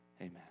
Amen